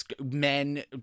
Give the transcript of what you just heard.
men